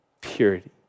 purity